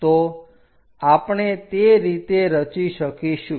તો આપણે તે રીતે રચી શકીશું